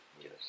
Yes